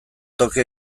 toki